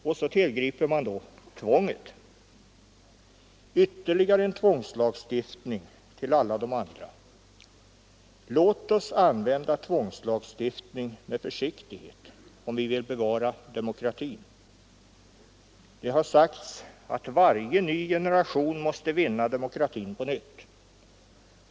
Och så tillgriper man tvång — ytterligare en tvångslagstiftning till alla de andra. Låt oss använda tvångslagstiftning med försiktighet, om vi vill bevara demokratin. Det har sagts att varje ny generation måste vinna demokratin på nytt.